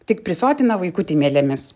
tik prisotina vaikutį mielėmis